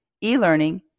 e-learning